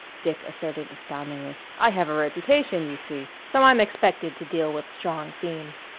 dick asserted astoundingly. i have a reputation, you see, so i'm expected to deal with strong themes.